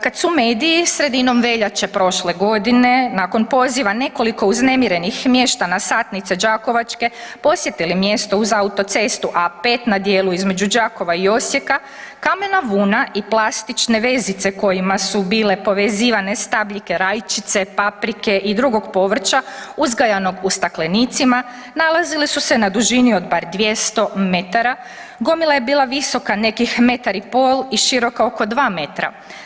Kad su mediji sredinom veljače prošle godine nakon poziva nekoliko uznemirenih mještana Satnice Đakovačke, posjetili mjesto uz autocestu A5 na djelu između Đakova i Osijeka, kamena vuna i plastične vezice kojima su bile povezivane stabljike rajčice, paprike i drugog povrća uzgajanog u staklenicima, nalazile su se na dužini od bar 200 m, gomila je bila visoka nekih metar i pol i široka oko 2 metra.